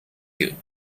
you